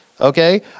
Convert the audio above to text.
okay